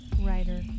writer